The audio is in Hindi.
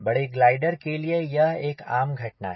बड़े ग्लाइडर के लिए यह एक आम घटना है